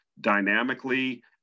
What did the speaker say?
dynamically